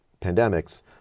pandemics